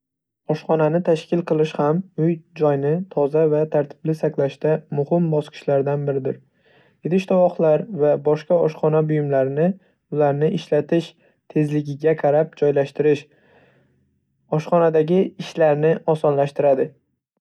Oshxonani tashkil qilish ham uy-joyni toza va tartibli saqlashda muhim bosqichlardan biridir. Idish-tovoqlar va boshqa oshxona buyumlarini ularning ishlatilish tezligiga qarab joylashtirish oshxonadagi ishlarni osonlashtiradi.